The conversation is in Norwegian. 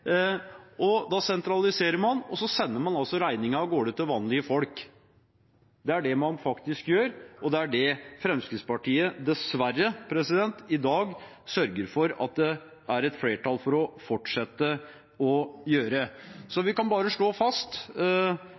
så sender man altså regningen av gårde til vanlige folk. Det er det man faktisk gjør, og det er dessverre det Fremskrittspartiet i dag sørger for at det er et flertall for å fortsette å gjøre. Vi kan bare slå fast